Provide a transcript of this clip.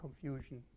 confusion